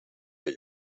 bij